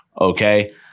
okay